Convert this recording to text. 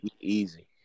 easy